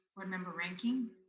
board member reinking.